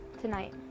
tonight